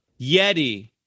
Yeti